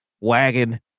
wagon